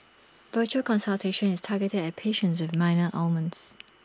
virtual consultation is targeted at patients with minor ailments